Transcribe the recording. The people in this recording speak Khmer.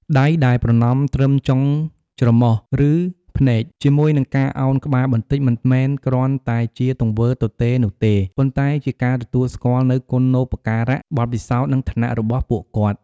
ដៃដែលប្រណម្យត្រឹមចុងច្រមុះ ឬភ្នែក ជាមួយនឹងការអោនក្បាលបន្តិច មិនមែនគ្រាន់តែជាទង្វើទទេនោះទេ ប៉ុន្តែជាការទទួលស្គាល់នូវគុណូបការៈ បទពិសោធន៍ និងឋានៈរបស់ពួកគាត់។